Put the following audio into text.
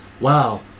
Wow